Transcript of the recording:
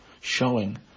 showing